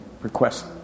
request